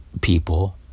people